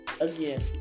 again